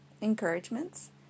encouragements